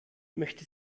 möchte